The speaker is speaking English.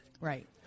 Right